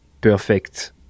perfect